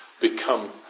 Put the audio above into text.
become